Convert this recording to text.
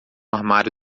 armário